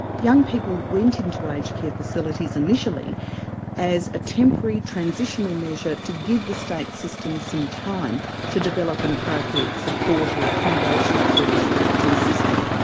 young people went into aged care facilities initially as a temporary transitional measure to give the state system some time to develop an appropriate support or accommodation service to assist them.